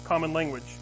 language